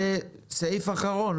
סעיף אחרון.